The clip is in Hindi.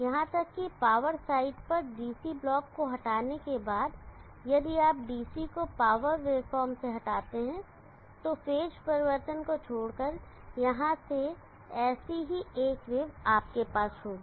यहां तक कि पावर साइड पर DC ब्लॉक को हटाने के बाद यदि आप DC को पावर वेव फॉर्म से हटाते हैं तो फेज परिवर्तन को छोड़कर यहां से ऐसी ही एक वेव आपके पास होगी